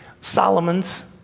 Solomon's